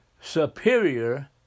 superior